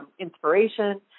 inspiration